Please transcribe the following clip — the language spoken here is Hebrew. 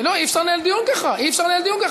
אי-אפשר לנהל ככה דיון.